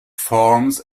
forms